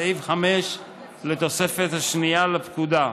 סעיף 5 לתוספת השנייה לפקודה,